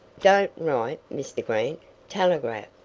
don't write, mr. grant telegraph.